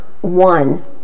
one